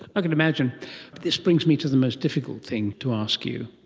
can imagine. but this brings me to the most difficult thing to ask you.